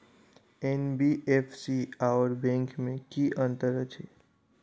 NBFC आओर bank मे की अंतर अछि?